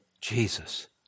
Jesus